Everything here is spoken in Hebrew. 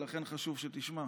ולכן חשוב שתשמע.